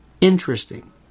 interesting